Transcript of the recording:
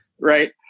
right